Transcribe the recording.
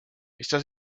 está